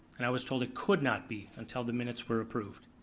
and i was told it could not be until the minutes were approved.